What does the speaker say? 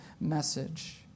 message